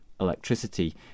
electricity